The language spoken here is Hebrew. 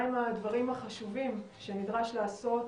מה הם הדברים החשובים שנדרש לעשות